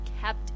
kept